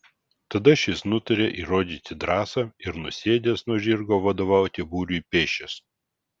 tada šis nutaria įrodyti drąsą ir nusėdęs nuo žirgo vadovauti būriui pėsčias